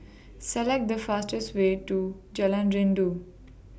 Select The fastest Way to Jalan Rindu